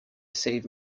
save